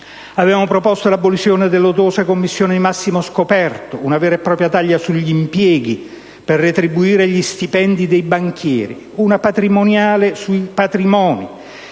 Avevamo proposto l'abolizione dell'odiosa commissione di massimo scoperto (una vera e propria taglia sugli impieghi per retribuire gli stipendi dei banchieri), una patrimoniale sui patrimoni,